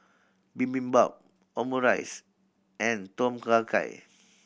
Bibimbap Omurice and Tom Kha Gai